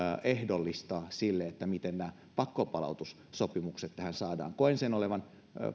ehdollistaa sille miten nämä pakkopalautussopimukset tähän saadaan koen sen olevan